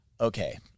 Okay